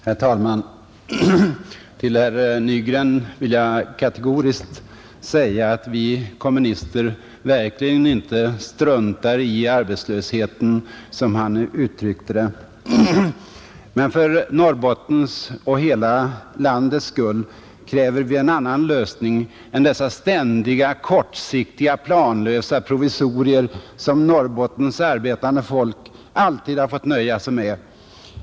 Herr talman! Till herr Nygren vill jag kategoriskt säga att vi kommunister verkligen inte struntar i arbetslösheten, som han uttryckte det. Men för Norrbottens och hela landets skull kräver vi en annan lösning än dessa ständiga, kortsiktiga, planlösa kompromisser som Norrbottens arbetande folk alltid har fått nöja sig med.